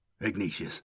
Ignatius